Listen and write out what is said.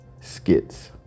skits